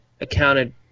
accounted